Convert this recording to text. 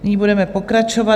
Nyní budeme pokračovat.